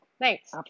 Thanks